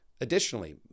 Additionally